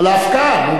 על ההפקעה.